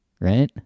right